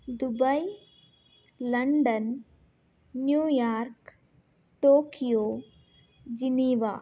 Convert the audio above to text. Dubai London New York Tokyo Geneva